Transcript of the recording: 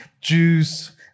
Jews